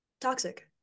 toxic